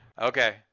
Okay